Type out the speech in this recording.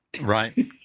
right